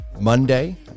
Monday